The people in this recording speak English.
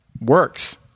works